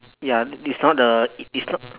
ya it's not the it is not